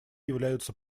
являются